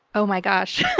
oh my gosh.